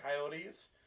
Coyotes